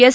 S